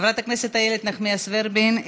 חברת הכנסת איילת נחמיאס ורבין,